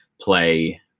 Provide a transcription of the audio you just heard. play